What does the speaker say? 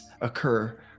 occur